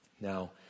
Now